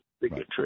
bigotry